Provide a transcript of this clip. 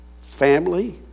family